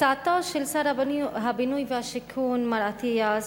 הצעתו של שר הבינוי והשיכון מר אטיאס,